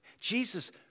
Jesus